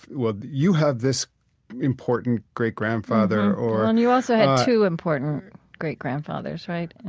well, you have this important great-grandfather or, and you also had two important great-grandfathers, right?